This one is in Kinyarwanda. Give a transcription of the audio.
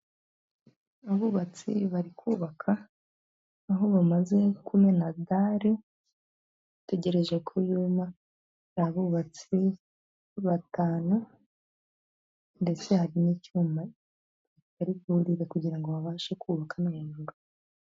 Abubatsi bari kubaka, aho bamaze kumena dare, bategereje ko yuma, ni abubatsi batanu, ndetse hari n'icyuma bari kurira kugira ngo babashe kubaka no hejuru.